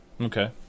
Okay